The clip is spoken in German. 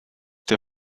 der